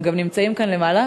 הם גם נמצאים כאן למעלה,